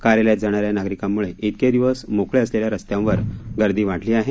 कार्यालयात जाणाऱ्या नागरिकांमुळे इतके दिवस मोकळे असलेल्या रस्त्यांवर गर्दी वाढली आहे